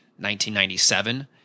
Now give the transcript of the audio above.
1997